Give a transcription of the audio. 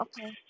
Okay